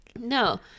no